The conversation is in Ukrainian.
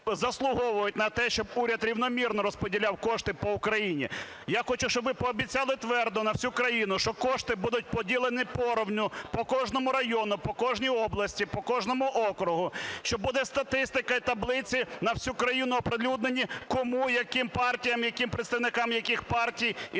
заслуговують на те, щоб уряд рівномірно розподіляв кошти по Україні. Я хочу, щоб ви пообіцяли твердо на всю країну, що кошти будуть поділені порівну по кожному району, по кожній області, по кожному округу. Що буде статистика і таблиці на всю країну оприлюднені, кому і яким партіям, яким представникам яких партій і